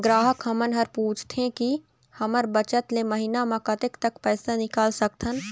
ग्राहक हमन हर पूछथें की हमर बचत ले महीना मा कतेक तक पैसा निकाल सकथन?